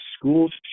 schools